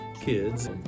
kids